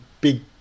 big